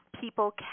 people